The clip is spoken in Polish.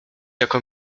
jaką